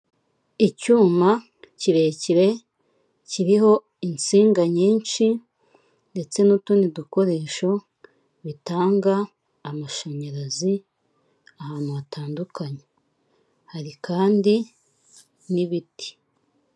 Aha hari inzu nziza, ariko idakoreye amasuku neza, ni inzu ifite imiryango, umuryango umwe, ndetse n'idirishya rimwe, umuryango w'umutuku ndetse n'ibirahure by'ubururu, ni inzu iherereye muri Kanzenze, igurishwa kuri miliyoni cumi na zirindwi.